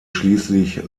schließlich